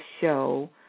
show